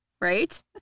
Right